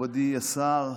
מכובדי השר,